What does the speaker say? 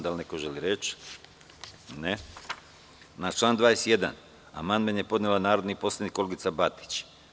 Da li neko želi reč? (Ne) Na član 21. amandman je podnela narodni poslanik Olgica Batić.